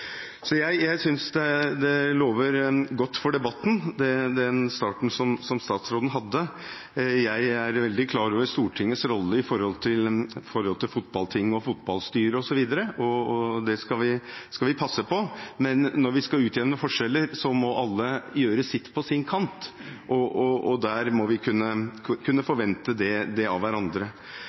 Jeg synes at den starten som statsråden hadde, lover godt for debatten. Jeg er veldig klar over Stortingets rolle når det gjelder Fotballtinget, fotballstyret osv., og det skal vi passe på. Men når vi skal utjevne forskjeller, må alle gjøre sitt på sin kant. Det må vi kunne forvente av hverandre. Jeg håper også at vi kan gå grundigere inn i de ordningene som jeg spesielt mener bør justeres for at man skal få en bedre fordeling av